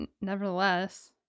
nevertheless